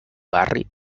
barri